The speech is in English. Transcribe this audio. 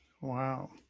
Wow